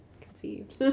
conceived